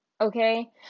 Okay